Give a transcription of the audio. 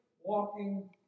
walking